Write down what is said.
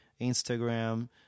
Instagram